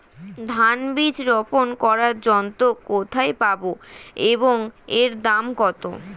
ধান বীজ রোপন করার যন্ত্র কোথায় পাব এবং এর দাম কত?